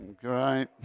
Great